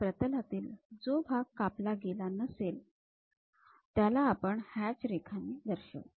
आणि प्रतलातील जो भाग कापला गेला नसेल त्याला आपण हॅच रेखांनी दर्शवू